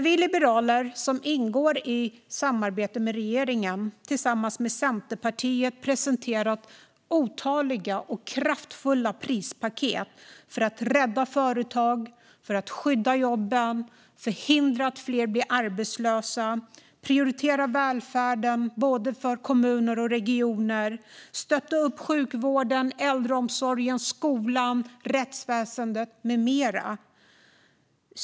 Vi liberaler, som ingår i samarbetet med regeringen, har tillsammans med Centerpartiet presenterat otaliga och kraftfulla krispaket för att rädda företag, skydda jobben, förhindra att fler blir arbetslösa, prioritera välfärden både för kommuner och för regioner och stötta upp sjukvården, äldreomsorgen, skolan, rättsväsendet med mera.